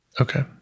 Okay